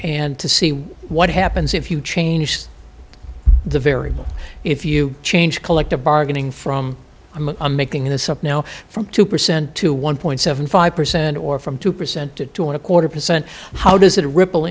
and to see what happens if you change the variable if you change collective bargaining from i'm making this up now from two percent to one point seven five percent or from two percent to two and a quarter percent how does that ripple